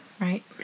right